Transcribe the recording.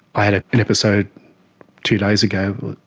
i had ah an episode two days ago,